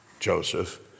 Joseph